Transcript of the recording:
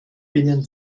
binnen